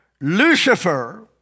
Lucifer